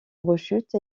rechute